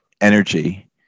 energy